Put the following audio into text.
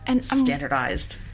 standardized